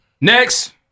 Next